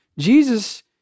Jesus